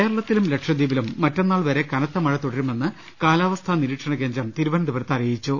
കേരളത്തിലും ലക്ഷദ്വീപിലും മറ്റന്നാൾ വരെ കനത്തമഴ തുട രുമെന്ന് കാലാവസ്ഥാ നിരീക്ഷണകേന്ദ്രം തിരുവനന്തപുരത്ത് അറി യിച്ചു